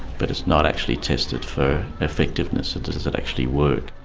but it's not actually tested for effectiveness and does it actually work.